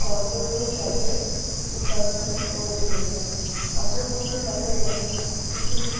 কর্তব্যের সাথে উপার্জন করে চলেছে অপরপক্ষে দেখা যায় কিছু